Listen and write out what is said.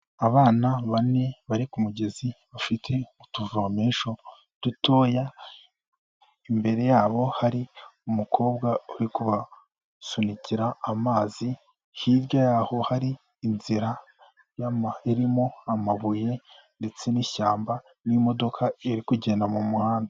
Abana bane bari ku mugezi bafite utuvomesho dutoya, imbere yabo hari umukobwa uri kubasunikira amazi, hirya y'aho hari inzira irimo amabuye ndetse n'ishyamba n'imodoka iri kugenda mu muhanda.